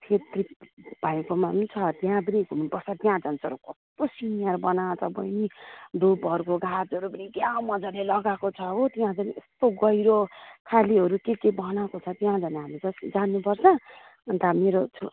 छेत्री भाइकोमा पनि छ त्यहाँ पनि घुम्नुपर्छ त्यहाँ झन् साह्रो कत्रो बनाएर बहिनी धुपीहरूको गाछहरू पनि क्या मजाले लगाएको छ हो त्यहाँ पनि यस्तो गहिरो खालेहरू के के बनाएको छ त्यहाँ झन् हामी त जानुपर्छ अन्त मेरो छो